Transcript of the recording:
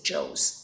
Joe's